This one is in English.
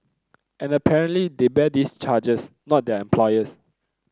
and apparently they bear these charges not their employers